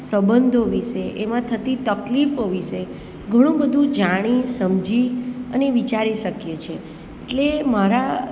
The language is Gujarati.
સંબંધો વિષે એમાં થતી તકલીફો વિષે ઘણું બધું જાણી સમજી અને શકીએ છે એટલે મારા